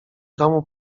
domu